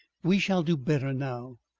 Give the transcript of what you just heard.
we shall do better now.